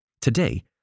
Today